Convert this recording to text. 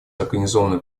организованной